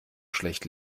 schlecht